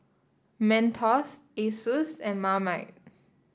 Mentos Asus and Marmite